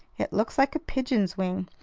it looks like a pigeon's wing.